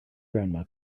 grandma